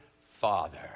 Father